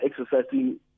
exercising